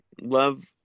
love